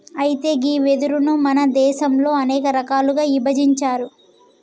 అయితే గీ వెదురును మన దేసంలో అనేక రకాలుగా ఇభజించారు